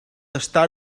estar